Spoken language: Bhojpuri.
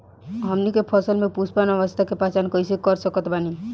हमनी के फसल में पुष्पन अवस्था के पहचान कइसे कर सकत बानी?